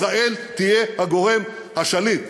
ישראל תהיה הגורם השליט